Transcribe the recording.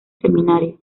seminario